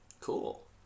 Cool